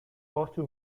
auto